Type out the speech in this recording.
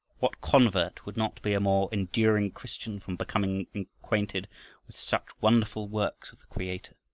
what convert would not be a more enduring christian from becoming acquainted with such wonderful works of the creator?